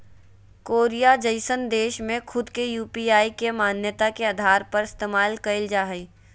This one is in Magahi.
कोरिया जइसन देश में खुद के यू.पी.आई के मान्यता के आधार पर इस्तेमाल कईल जा हइ